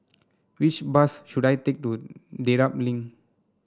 which bus should I take to Dedap Link